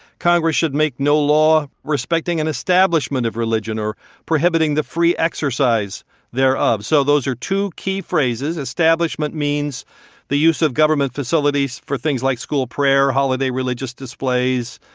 congress should make no law respecting an establishment of religion or prohibiting the free exercise thereof. so those are two key phrases. establishment means the use of government facilities for things like school prayer, holiday religious displays,